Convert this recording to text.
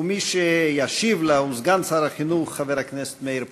ומי שישיב לה הוא סגן שר החינוך חבר הכנסת מאיר פרוש.